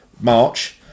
March